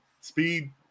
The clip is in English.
Speed